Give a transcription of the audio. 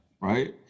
right